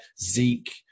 Zeke